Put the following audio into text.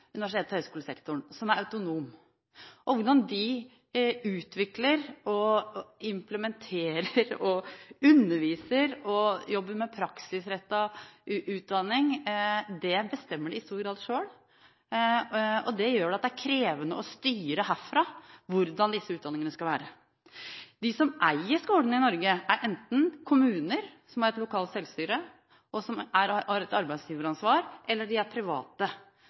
og høyskolesektoren, som er autonom. Hvordan de utvikler, implementerer, underviser og jobber med praksisrettet utdanning, bestemmer de i stor grad selv. Det gjør at det er krevende å styre herfra hvordan disse utdanningene skal være. De som eier skolene i Norge, er enten kommuner, som har et lokalt selvstyre, og som har et arbeidsgiveransvar, eller private, og de private